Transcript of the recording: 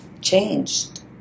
changed